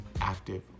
active